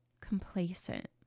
complacent